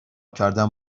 کردن